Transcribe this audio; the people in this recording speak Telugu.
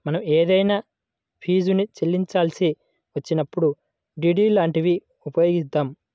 మనం ఏదైనా ఫీజుని చెల్లించాల్సి వచ్చినప్పుడు డి.డి లాంటివి ఉపయోగిత్తాం